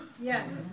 Yes